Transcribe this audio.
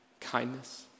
Kindness